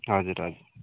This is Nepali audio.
हजुर हजुर